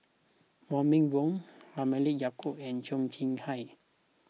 Wong Meng Voon Halimah Yacob and Cheo Chai Hiang